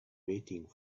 waiting